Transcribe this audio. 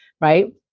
Right